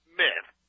myth